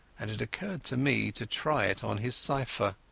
and it occurred to me to try it on his cypher.